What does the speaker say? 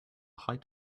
height